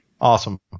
Awesome